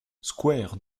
square